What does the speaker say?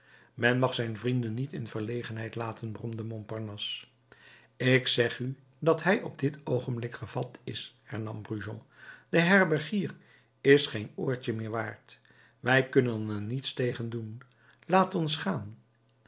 men mag zijn vrienden niet in de verlegenheid laten bromde montparnasse ik zeg u dat hij op dit oogenblik gevat is hernam brujon de herbergier is geen oortje meer waard wij kunnen er niets tegen doen laat ons gaan